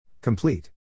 Complete